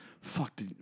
Fuck